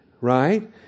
Right